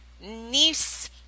niece